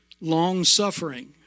Long-suffering